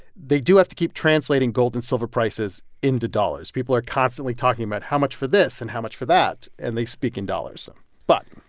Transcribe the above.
they do have to keep translating gold and silver prices into dollars. people are constantly talking about, how much for this, and how much for that? and they speak in dollars but,